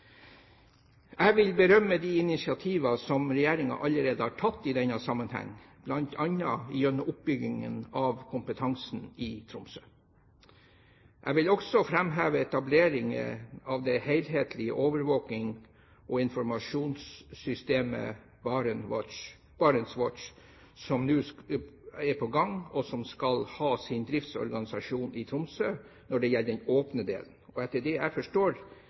Jeg vil berømme de initiativer som regjeringen allerede har tatt i denne sammenheng, bl.a. gjennom oppbyggingen av kompetansen i Tromsø. Jeg vil også framheve etableringen av det helhetlige overvåkings- og informasjonssystemet BarentsWatch som nå er på gang, og som skal ha sin driftsorganisasjon i Tromsø når det gjelder den åpne delen. Etter det jeg forstår,